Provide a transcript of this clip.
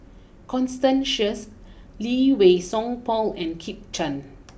Constance Sheares Lee Wei Song Paul and Kit Chan